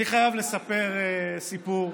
אני חייב לספר סיפור.